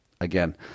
Again